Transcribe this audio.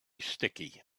sticky